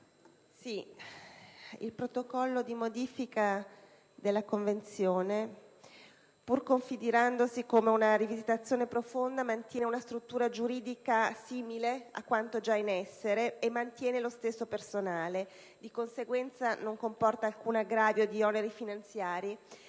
il Protocollo di modifica della Convenzione, pur configurandosi come una rivisitazione profonda, mantiene una struttura giuridica simile a quanto già in essere e lo stesso personale; di conseguenza, non comporta alcun aggravio di oneri finanziari.